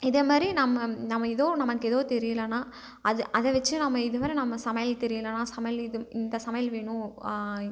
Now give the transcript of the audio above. இதே மாரி நம்ம நாம ஏதோ நமக்கேதோ தெரியலைன்னா அது அதை வச்சு நம்ம இது வர நம்ம சமையல் தெரியலைனா சமையல் இது இந்த சமையல் வேணும்